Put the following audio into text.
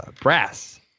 brass